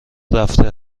رفته